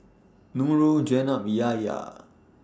Nurul Jenab Yahya